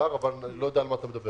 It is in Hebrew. אבל אני לא יודע על מה אתה מדבר.